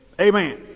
amen